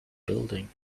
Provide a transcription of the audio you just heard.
building